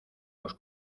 los